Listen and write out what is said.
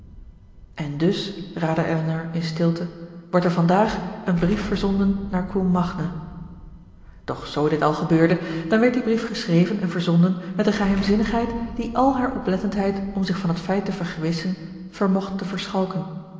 en dus raadde elinor in stilte wordt er vandaag een brief verzonden naar combe magna doch z dit al gebeurde dan werd die brief geschreven en verzonden met een geheimzinnigheid die al haar oplettendheid om zich van het feit te vergewissen vermocht te verschalken